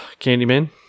Candyman